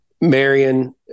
Marion